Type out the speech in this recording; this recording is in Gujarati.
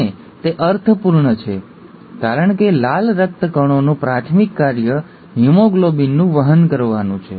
અને તે અર્થપૂર્ણ છે કારણ કે લાલ રક્તકણોનું પ્રાથમિક કાર્ય હિમોગ્લોબિનનું વહન કરવાનું છે